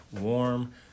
warm